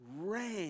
ran